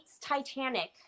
Titanic